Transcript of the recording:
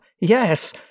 yes